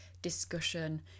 discussion